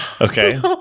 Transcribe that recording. Okay